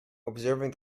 observing